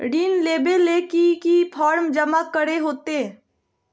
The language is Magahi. ऋण लेबे ले की की फॉर्म जमा करे होते?